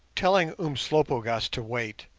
telling umslopogaas to wait,